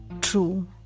true